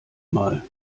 mal